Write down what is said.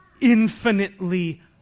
infinitely